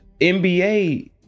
NBA